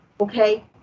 okay